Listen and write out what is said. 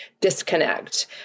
disconnect